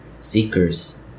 seekers